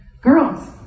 Girls